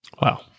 Wow